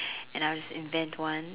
and I will invent one